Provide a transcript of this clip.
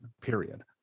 period